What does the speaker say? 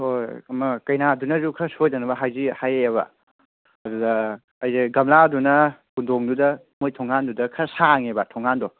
ꯍꯣꯏ ꯍꯣꯏ ꯑꯃ ꯀꯩꯅꯥꯗꯨꯅꯁꯨ ꯈꯔ ꯁꯣꯏꯗꯅꯕ ꯍꯥꯏꯔꯛꯑꯦꯕ ꯑꯗꯨꯗ ꯑꯩꯁꯦ ꯒꯝꯂꯥꯗꯨꯅ ꯀꯣꯟꯊꯣꯡꯗꯨꯗ ꯃꯣꯏ ꯊꯣꯡꯒꯥꯟꯗꯨꯗ ꯈꯔ ꯁꯥꯡꯉꯦꯕ ꯊꯣꯡꯒꯥꯟꯗꯣ